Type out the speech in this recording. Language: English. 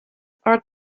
are